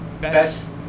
best